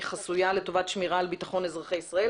חסויה לטובת שמירה על בטחון אזרחי ישראל,